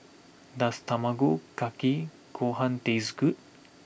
does Tamago Kake Gohan taste good